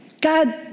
God